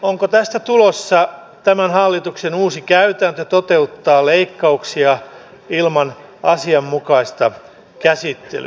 onko tästä tulossa tämän hallituksen uusi käytäntö toteuttaa leikkauksia ilman asianmukaista käsittelyä